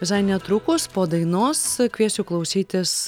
visai netrukus po dainos kviesiu klausytis